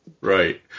Right